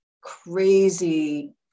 crazy